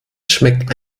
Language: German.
schmeckt